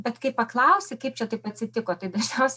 bet kai paklausi kaip čia taip atsitiko tai dažniausiai